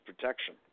protection